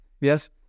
Yes